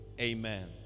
amen